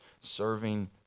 serving